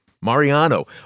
Mariano